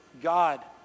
God